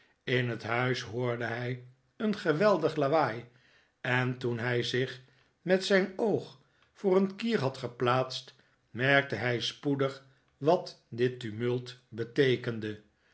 in het huis hoorde hij een geweldig lawaai en toen hij zich met zijn oog voor teen kier had geplaatst merkte hij spoedig wat dit tumult beteekende